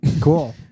Cool